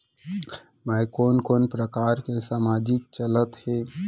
मैं कोन कोन प्रकार के सामाजिक चलत हे?